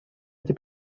эти